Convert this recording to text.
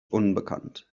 unbekannt